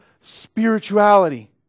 spirituality